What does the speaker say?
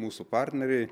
mūsų partneriai